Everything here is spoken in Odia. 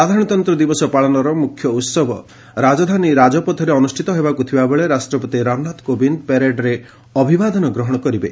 ସାଧାରଣ ଦିବସ ପାଳନର ମୁଖ୍ୟ ଉତ୍ସବ ରାଜଧାନୀ ରାଜପଥରେ ଅନୁଷ୍ଠିତ ହେବାକୁ ଥିବାବେଳେ ରାଷ୍ଟ୍ରପତି ରାମନାଥ କୋବିନ୍ଦ ପ୍ୟାରେଡ୍ରେ ଅଭିବାଦନ ଗ୍ରହଣ କରିବେ